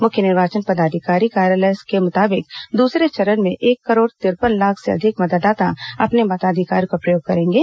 मुख्य निर्वाचन पदाधिकारी कार्यालय के मुताबिक दूसरे चरण में एक करोड़ तिरपन लाख से अधिक मतदाता अपने मताधिकार का प्रयोग करेंगे